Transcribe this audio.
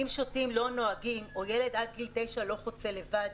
"אם שותים לא נוהגים" או "ילד עד גיל תשע לא חוצה לבד",